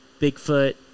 bigfoot